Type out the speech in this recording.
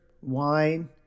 wine